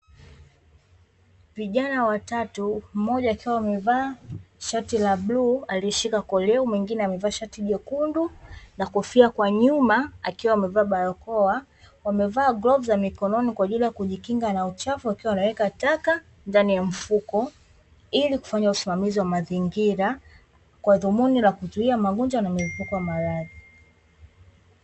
Vijana watatu: mmoja akiwa amevaa shati la bluu aliyeshika koleo, mwingine amevaa shati jekundu na kofia kwa nyuma akiwa amevaa barakoa; wamevaa glavu za mikononi kwa ajili ya kijikinga na uchafu wakiwa wanaweka taka ndani ya mfuko, ili kufanya usimamizi wa mazingira, kwa dhumuni la kuzuia magonjwa na mlipuko wa maradhi.